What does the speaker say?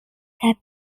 that